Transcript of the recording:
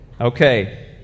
Okay